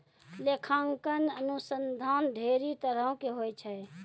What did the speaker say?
लेखांकन अनुसन्धान ढेरी तरहो के होय छै